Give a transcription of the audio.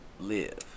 live